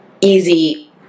easy